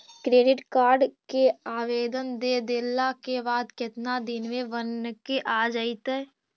Credit card के आवेदन दे देला के बाद केतना दिन में बनके आ जइतै?